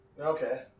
Okay